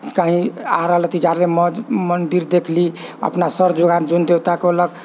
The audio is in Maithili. कहीँ आ रहल हथि जा रहल मन मन्दिर देखली अपना सर झुका कऽ जौन देवता रहलक